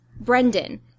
Brendan